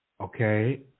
okay